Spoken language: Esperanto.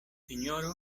sinjoro